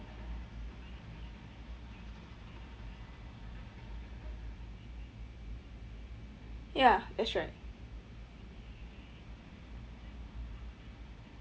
ya that's right